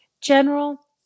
general